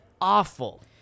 awful